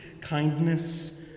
kindness